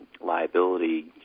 liability